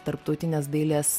tarptautinės dailės